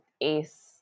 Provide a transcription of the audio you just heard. ace